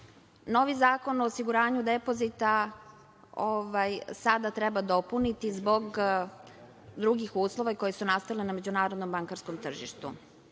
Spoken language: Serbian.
Novi Zakon o osiguranju depozita sada treba dopuniti zbog drugih uslova koji su nastali na međunarodnom bankarskom tržištu. Da